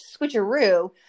switcheroo